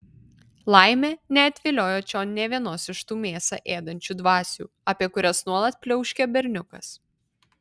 laimė neatviliojo čion nė vienos iš tų mėsą ėdančių dvasių apie kurias nuolat pliauškia berniukas